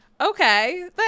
okay